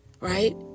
right